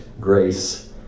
grace